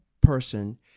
person-